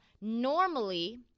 normally